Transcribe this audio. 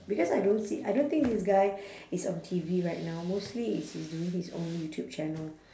because I don't see I don't think this guy is on T_V right now mostly is he's doing his own youtube channel